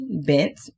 bent